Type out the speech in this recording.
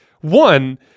One